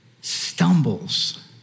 stumbles